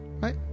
Right